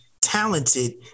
talented